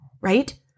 right